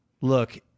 Look